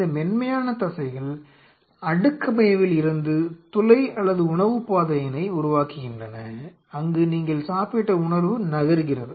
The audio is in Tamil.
இந்த மென்மையான தசைகள் அடுக்கமைவில் இருந்து துளை அல்லது உணவுப்பாதையினை உருவாக்குகின்றன அங்கு நீங்கள் சாப்பிட்ட உணவு நகர்கிறது